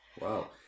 Wow